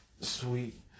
Sweet